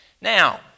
Now